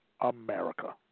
America